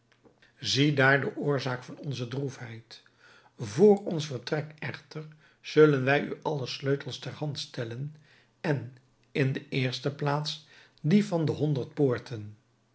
ziedaar de oorzaak van onze droefheid vr ons vertrek echter zullen wij u alle sleutels ter hand stellen en in de eerste plaats die van de honderd poorten